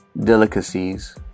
delicacies